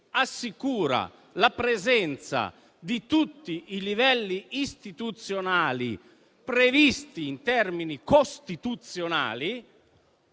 assicura la presenza di tutti i livelli istituzionali previsti in termini costituzionali,